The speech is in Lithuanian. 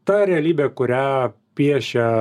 ta realybė kurią piešia